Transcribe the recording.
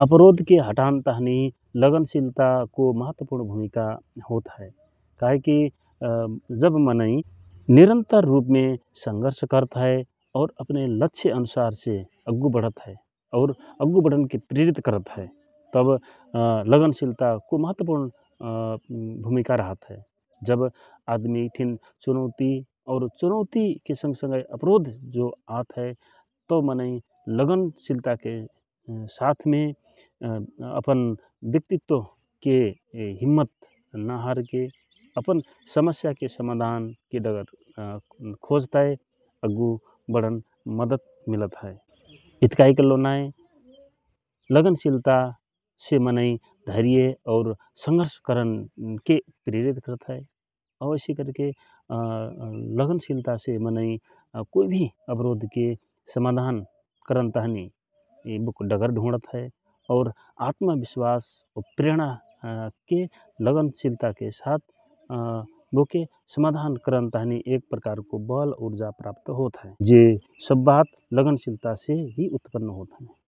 अबरोधके हटान ताँहि लगन सिलताको महत्वपुर्ण भुमिका होत हए । काहे की जब मनाई निरंतर रूप में संघर्ष करत हए और अपने लक्ष्य अनुसार से लागू बढ़त हए और अब गुढन के प्रेरित करता हए तब लगनशीलता को महत्वपुर्ण भूमिका रहत हए जब आदमी की चुनौती और चुनौती के संग संगए अपरोध जो आत हए तव मनाई लगनशीलता केसाथ मे अपन व्यक्तित्व के हिम्मत नाहर के अपन समस्या के समाधान के डगर खोजतय अगु बटन मदत मिलत हए इतका इकॉलोनाए लगनशीलता से मनाई धैर्य और संघर्ष करन के प्रेरित करता हए । और ऐसिकरके लगन सिलताके मनइ कोई भी अवरोध के समाधान, करन ताँहि बुक डगर ढूँढता हए और आत्मविश्वास प्रेरणा के लगन सिलता के साथ बो के समाधान करन ताँहि एक प्रकारको बल उर्जा प्राप्त होत हए जे सब बात लगनशीलता से हि उत्पन्न होत हए ।